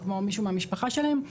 כמו מישהו מהמשפחה שלהם.